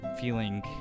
feeling